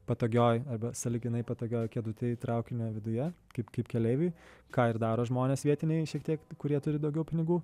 patogioj arba sąlyginai patogioj kėdutėj traukinio viduje kaip kaip keleiviui ką ir daro žmonės vietiniai šiek tiek kurie turi daugiau pinigų